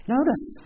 Notice